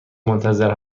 منتظر